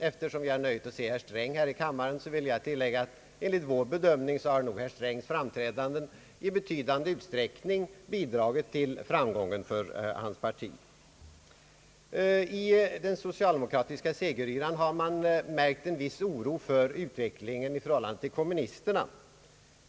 Eftersom jag har nöjet att se herr Sträng här i kammaren, vill jag tillägga, att herr Strängs framträdanden enligt vår bedömning nog har i betydande utsträckning bidragit till framgången för hans parti. I den socialdemokratiska segeryran har det märkts en viss oro inför utvecklingen i förhållande till kommu nisterna.